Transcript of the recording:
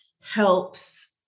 helps